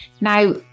Now